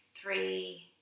three